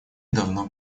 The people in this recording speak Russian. давно